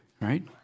right